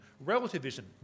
relativism